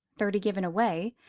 thirty given away,